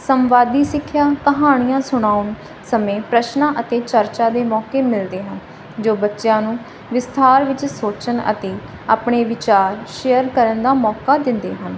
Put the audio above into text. ਸੰਵਾਦੀ ਸਿੱਖਿਆ ਕਹਾਣੀਆਂ ਸੁਣਾਉਣ ਸਮੇਂ ਪ੍ਰਸ਼ਨਾਂ ਅਤੇ ਚਰਚਾ ਦੇ ਮੌਕੇ ਮਿਲਦੇ ਹਨ ਜੋ ਬੱਚਿਆਂ ਨੂੰ ਵਿਸਥਾਰ ਵਿੱਚ ਸੋਚਣ ਅਤੇ ਆਪਣੇ ਵਿਚਾਰ ਸ਼ੇਅਰ ਕਰਨ ਦਾ ਮੌਕਾ ਦਿੰਦੇ ਹਨ